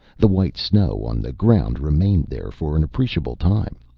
the white snow on the ground remained there for an appreciable time,